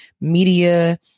media